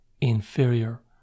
inferior